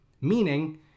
meaning